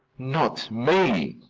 not me!